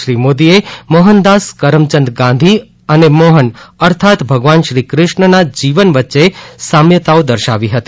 શ્રી મોદીએ મોહનદાસ કરમચંદ ગાંધી અને મોહન અર્થાત્ ભગવાન શ્રીકૃષ્ણના જીવન વચ્ચે સામ્યતાઓ દર્શાવ હતી